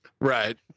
Right